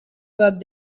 that